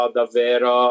davvero